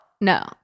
No